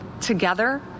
Together